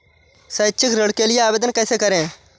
शैक्षिक ऋण के लिए आवेदन कैसे करें?